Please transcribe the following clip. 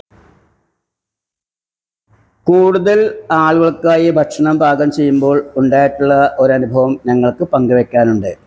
കൂടുതൽ ആളുകൾക്കായി ഭക്ഷണം പാകം ചെയ്യുമ്പോൾ ഉണ്ടായിട്ടുള്ള ഒരനുഭവം ഞങ്ങൾക്ക് പങ്ക് വയ്ക്കാനുണ്ട്